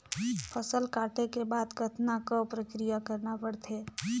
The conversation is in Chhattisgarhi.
फसल काटे के बाद कतना क प्रक्रिया करना पड़थे?